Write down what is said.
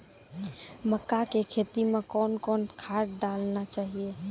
मक्का के खेती मे कौन कौन खाद डालने चाहिए?